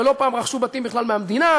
שלא פעם רכשו בתים בכלל מהמדינה,